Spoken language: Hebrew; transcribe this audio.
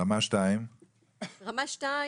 רמה 2. רמה 2,